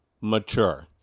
mature